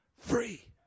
free